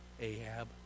Ahab